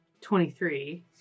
23